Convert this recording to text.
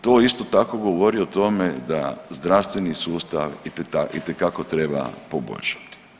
To isto tako govori o tome da zdravstveni sustav itekako treba poboljšati.